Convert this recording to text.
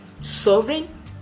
Sovereign